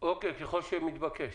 ככל שמתבקש.